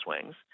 swings